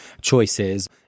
choices